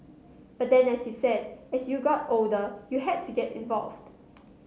but then as you said as you got older you had to get involved